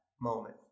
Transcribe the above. moment